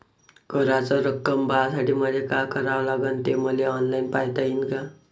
कराच रक्कम पाहासाठी मले का करावं लागन, ते मले ऑनलाईन पायता येईन का?